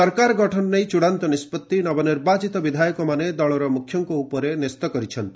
ସରକାର ଗଠନ ନେଇ ଚଡ଼ାନ୍ତ ନିଷ୍ପଭି ନବନିର୍ବାଚିତ ବିଧାୟକମାନେ ଦଳର ମୁଖ୍ୟଙ୍କ ଉପରେ ନ୍ୟସ୍ତ କରିଛନ୍ତି